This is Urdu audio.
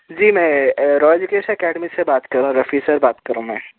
جی میں را ویکیش اکیڈمی سے بات کر رہا ہوں رفیع سر بات کر رہا ہوں میں